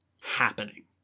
happening